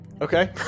Okay